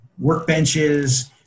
workbenches